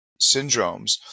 syndromes